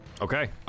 Okay